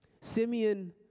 Simeon